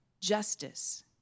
justice